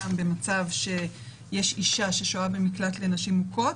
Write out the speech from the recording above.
במצב שיש אישה ששוהה במקלט לנשים מוכות